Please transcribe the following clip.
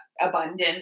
abundant